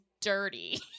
dirty